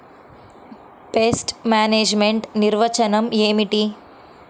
Pest management నిర్వచనం ఏమిటి?